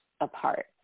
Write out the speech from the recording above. apart